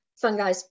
fungi